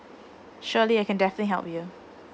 surely I can definitely help you